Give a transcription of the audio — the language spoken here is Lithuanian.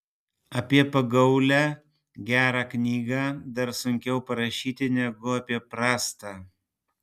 apie pagaulią gerą knygą dar sunkiau parašyti negu apie prastą